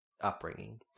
upbringing